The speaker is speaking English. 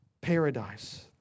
paradise